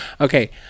Okay